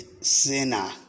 sinner